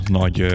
nagy